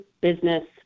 business